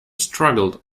struggled